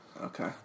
Okay